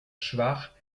schwach